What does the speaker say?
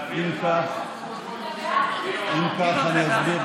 גדעון, תשלוף.